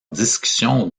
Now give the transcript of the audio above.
discussions